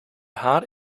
haar